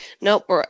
Nope